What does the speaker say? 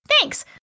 Thanks